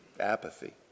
apathy